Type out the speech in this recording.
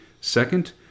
second